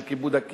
של כיבוד הקיום,